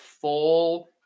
full